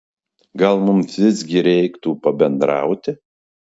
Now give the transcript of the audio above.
gal mums visgi reiktų pabendrauti